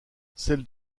celles